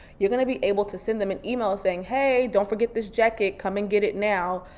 you're gonna be able to send them an email saying, hey, don't forget this jacket, come and get it now.